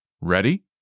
Ready